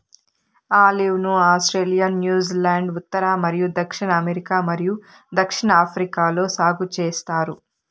olive ను Australia, New Zealand, ఉత్తర మరియు దక్షిణ అమెరికా మరియు దక్షిణాఫ్రికాలో సాగు చేస్తారు